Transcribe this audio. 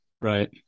right